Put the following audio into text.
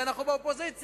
כי אנחנו באופוזיציה.